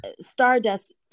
Stardust